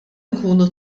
ikunu